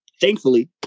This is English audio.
thankfully